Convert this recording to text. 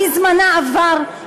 כי זמנה עבר,